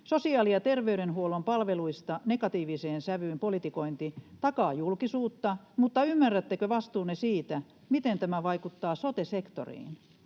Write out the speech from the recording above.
Sosiaali‑ ja terveydenhuollon palveluista negatiiviseen sävyyn politikointi takaa julkisuutta, mutta ymmärrättekö vastuunne siitä, miten tämä vaikuttaa sote-sektoriin?